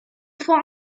fois